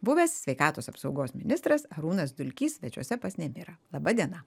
buvęs sveikatos apsaugos ministras arūnas dulkys svečiuose pas nemirą laba diena